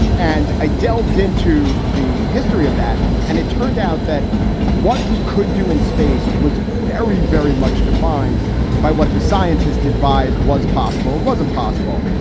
and i delved into the history of that and it turned out that what we could do in space was very, very much defined by what the scientist advised was possible. it wasn't possible.